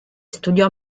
studiò